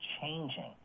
changing